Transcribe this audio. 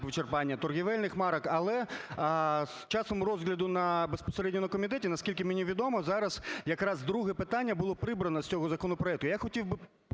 вичерпання торгівельних марок. Але з часом розгляду безпосередньо на комітеті, наскільки мені відомо, зараз якраз друге питання було прибрано з цього законопроекту. Я хотів би